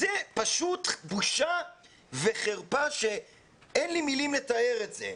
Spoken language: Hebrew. זאת פשוט בושה וחרפה שאין לי מלים לתאר את זה,